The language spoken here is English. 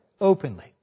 openly